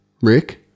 Rick